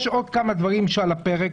יש עוד כמה דברים שעל הפרק.